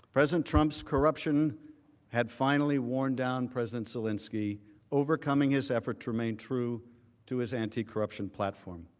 president trump's corruption had finally worn down president zelensky overcoming his effort to remain true to his anticorruption platform.